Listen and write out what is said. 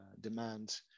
demand